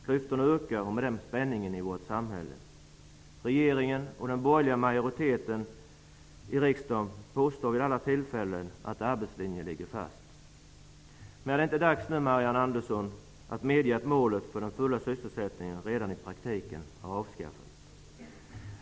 Klyftorna ökar och med dem spänningen i vårt samhälle. Regeringen och den borgerliga majoriteten i riksdagen påstår vid alla tillfällen att arbetslinjen ligger fast. Är det inte dags nu, Marianne Andersson, att medge att målet för den fulla sysselsättningen i praktiken redan har avskaffats?